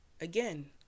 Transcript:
again